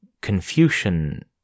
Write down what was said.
Confucian